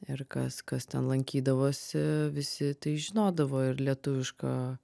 ir kas kas ten lankydavosi visi tai žinodavo ir lietuviška